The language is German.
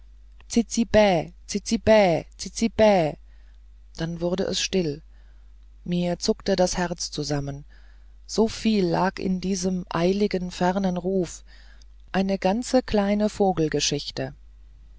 bä zizi bä zizi bä dann wurde es still mir zuckte das herz zusammen so viel lag in diesem eiligen fernen ruf eine ganze kleine